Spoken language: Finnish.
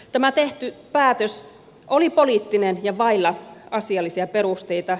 tämä tehty päätös oli poliittinen ja vailla asiallisia perusteita